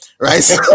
right